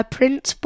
Prince